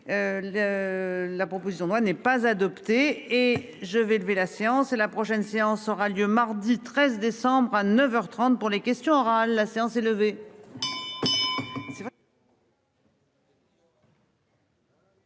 La proposition de loi n'est pas adopté et je vais lever la séance et la prochaine séance aura lieu mardi 13 décembre à 9h 30 pour les questions orales. La séance est levée.